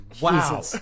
wow